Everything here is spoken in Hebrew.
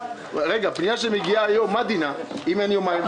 פנייה שמגיעה היום, מה דינה אם אין יומיים?